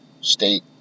state